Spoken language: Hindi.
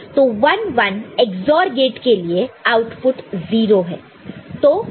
तो 1 1 XOR गेट के लिए आउटपुट 0 है